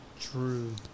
True